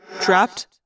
Trapped